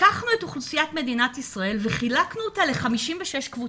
לקחנו את אוכלוסיית מדינת ישראל וחילקנו אותה ל-56 קבוצות.